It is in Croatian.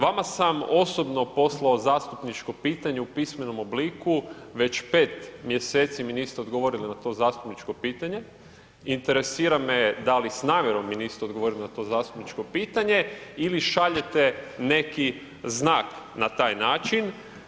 Vama sam osobno poslao zastupničko pitanje u pismenom obliku, već 5 mjeseci mi niste odgovorili na to zastupničko pitanje, interesira me da li s namjerom mi niste odgovorili na to zastupničko pitanje ili šaljete neki znak na taj način.